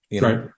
Right